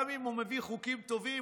גם אם הוא מביא חוקים טובים,